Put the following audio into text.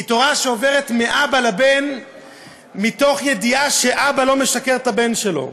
היא תורה שעוברת מאב לבן מתוך ידיעה שאבא לא משקר לבן שלו.